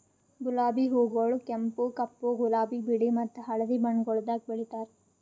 ಗುಲಾಬಿ ಹೂಗೊಳ್ ಕೆಂಪು, ಕಪ್ಪು, ಗುಲಾಬಿ, ಬಿಳಿ ಮತ್ತ ಹಳದಿ ಬಣ್ಣಗೊಳ್ದಾಗ್ ಬೆಳೆತಾರ್